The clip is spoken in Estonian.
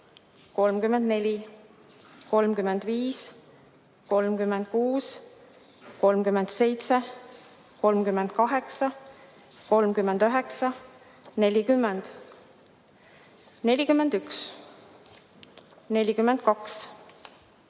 34, 35, 36, 37, 38, 39, 40, 41, 42,